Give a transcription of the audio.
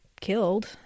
killed